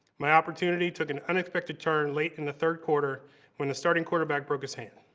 my opportunity took an unexpected turn late in the third quarter when the starting quarterback broke his hand.